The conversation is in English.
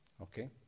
Okay